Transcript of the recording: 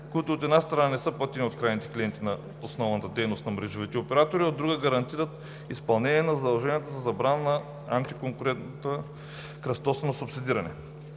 които, от една страна, не са платени от крайните клиенти на основната дейност на мрежовите оператори, а от друга – гарантират изпълнение на задълженията за забрана на антиконкурентно крос-субсидиране.